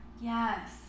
yes